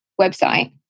website